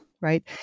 Right